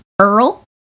Earl